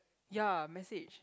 ya message